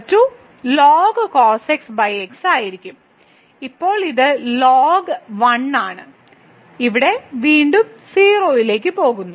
log y ആയിരിക്കും ഇപ്പോൾ ഇത് log 1 ആണ് ഇവിടെ വീണ്ടും 0 ലേക്ക് പോകുന്നു